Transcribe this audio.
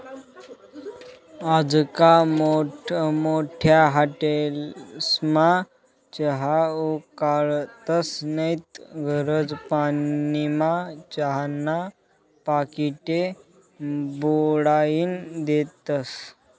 आजकाल मोठमोठ्या हाटेलस्मा चहा उकाळतस नैत गरम पानीमा चहाना पाकिटे बुडाईन देतस